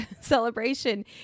celebration